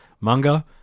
manga